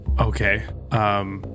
Okay